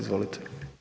Izvolite.